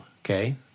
okay